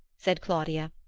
said claudia,